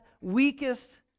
weakest